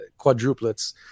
quadruplets